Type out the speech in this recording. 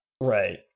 Right